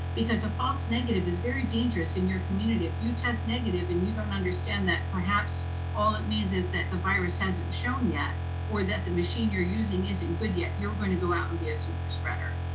because a false negative is very dangerous in your community. if you test negative and you don't understand that perhaps all it means is that the virus hasn't shown yet or that machine you're using isn't good yet you're going to go out and be a superspreader.